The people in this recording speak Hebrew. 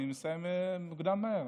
אני מסיים מוקדם מאוד.